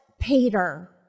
Peter